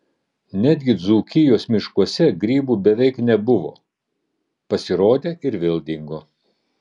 netgi dzūkijos miškuose grybų beveik nebuvo pasirodė ir vėl dingo